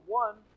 one